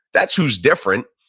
that's who's different.